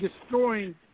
destroying